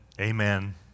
amen